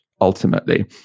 Ultimately